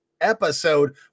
episode